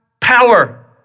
power